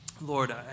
Lord